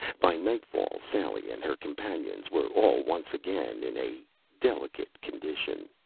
by nightfall, sally and her companions were all once again in a delicate condition.